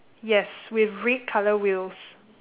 yes with red colour wheels